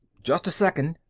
just a second,